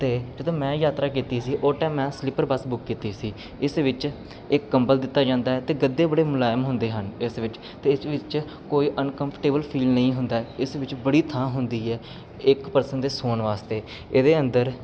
ਅਤੇ ਜਦੋਂ ਮੈਂ ਯਾਤਰਾ ਕੀਤੀ ਸੀ ਉਹ ਟਾਈਮ ਮੈਂ ਸਲੀਪਰ ਬੱਸ ਬੁੱਕ ਕੀਤੀ ਸੀ ਇਸ ਵਿੱਚ ਇੱਕ ਕੰਬਲ ਦਿੱਤਾ ਜਾਂਦਾ ਅਤੇ ਗੱਦੇ ਬੜੇ ਮੁਲਾਇਮ ਹੁੰਦੇ ਹਨ ਇਸ ਵਿੱਚ ਅਤੇ ਇਸ ਵਿੱਚ ਕੋਈ ਅਨਕੰਫਟੇਬਲ ਫੀਲ ਨਹੀਂ ਹੁੰਦਾ ਇਸ ਵਿੱਚ ਬੜੀ ਥਾਂ ਹੁੰਦੀ ਹੈ ਇੱਕ ਪਰਸਨ ਦੇ ਸੌਣ ਵਾਸਤੇ ਇਹਦੇ ਅੰਦਰ